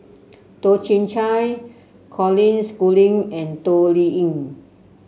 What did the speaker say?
Toh Chin Chye Colin Schooling and Toh Liying